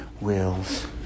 wills